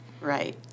Right